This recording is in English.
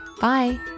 Bye